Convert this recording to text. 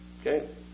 Okay